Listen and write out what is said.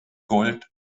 gold